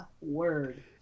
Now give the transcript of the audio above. Word